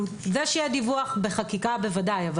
זה שיהיה דיווח בחקיקה בוודאי.